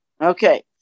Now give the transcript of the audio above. Okay